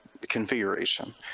configuration